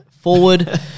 forward